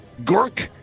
Gork